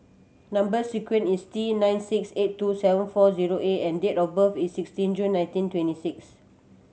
number sequence is T nine six eight two seven four zero A and date of birth is sixteen June nineteen twenty six